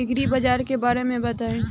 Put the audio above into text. एग्रीबाजार के बारे में बताई?